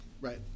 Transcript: Right